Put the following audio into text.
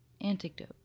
Antidote